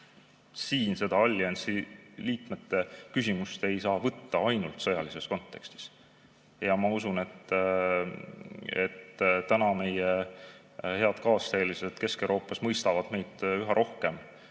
siin seda alliansi liikmete küsimust ei saa võtta ainult sõjalises kontekstis. Ma usun, et täna meie head kaasteelised Kesk-Euroopas mõistavad meid üha rohkem.